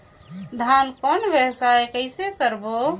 धान कौन व्यवसाय कइसे करबो?